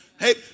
Hey